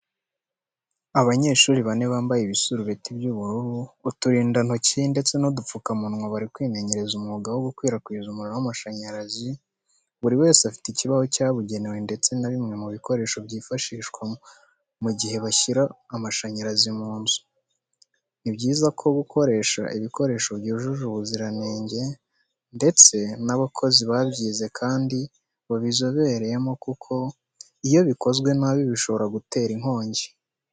Abanyeshuri bane bambaye ibisarubeti by'ubururu, uturindantoki ndetse n'udupfukamunwa bari kwimenyereza umwuga wo gukwirakwiza amashanyarazi, buri wese afite ikibaho cyabugenewe ndetse na bimwe mu bikoresho byifashishwa mu gihe bashyira amashanyarazi mu nzu. Ni byiza ko gukoresha ibikoresho byujuje ubuziranenge ndetse n'abakozi babyize kandi babizobereyemo kuko iyo bikozwe nabi bishobora gutera inkongi.